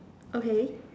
okay